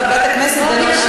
חברת הכנסת גלאון,